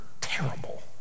terrible